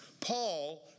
Paul